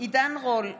עידן רול,